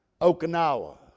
Okinawa